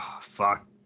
Fuck